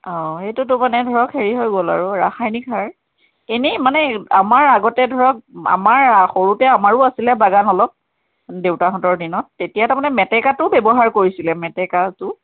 অ এইটোতো মানে ধৰক হেৰি হৈ গ'ল আৰু ৰাসায়নিক সাৰ এনেই মানে আমাৰ আগতে ধৰক আমাৰ সৰুতে আমাৰো আছিলে বাগান অলপ দেউতাহঁতৰ দিনত তেতিয়া তাৰমানে মেটেকাটো ব্যৱহাৰ কৰিছিলে মেটেকাটো